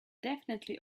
definitely